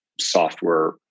software